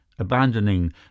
abandoning